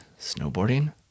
snowboarding